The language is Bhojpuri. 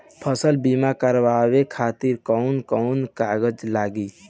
फसल बीमा करावे खातिर कवन कवन कागज लगी?